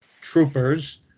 troopers